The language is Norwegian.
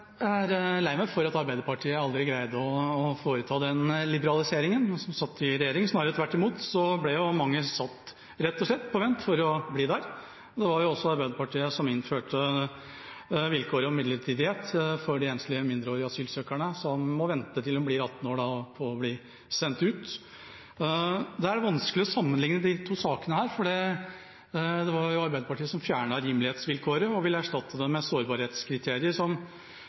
Jeg er lei meg for at Arbeiderpartiet aldri greide å foreta den liberaliseringen mens de satt i regjering. Snarere tvert imot, mange ble rett og slett satt på vent for å bli der. Det var jo Arbeiderpartiet som innførte vilkåret om midlertidighet for de enslige mindreårige asylsøkerne, som må vente til de blir 18 år på å bli sendt ut. Det er vanskelig å sammenligne disse to sakene. Det var Arbeiderpartiet som fjernet rimelighetsvilkåret og ville erstatte det med sårbarhetskriterier,